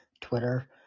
twitter